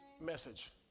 Message